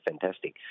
fantastic